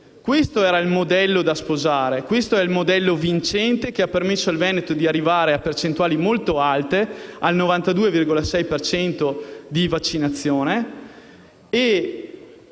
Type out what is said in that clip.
Questo era il modello da sposare, il modello vincente che ha permesso al Veneto di arrivare a percentuali molto alte (il 92,6 per cento di vaccinazioni).